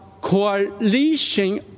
coalition